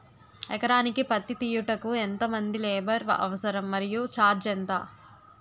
ఎకరానికి పత్తి తీయుటకు ఎంత మంది లేబర్ అవసరం? మరియు ఛార్జ్ ఎంత?